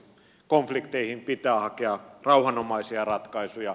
konflikteihin pitää hakea rauhanomaisia ratkaisuja